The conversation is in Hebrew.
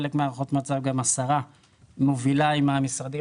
חלק מהערכות המצב גם השרה מובילה עם המשרדים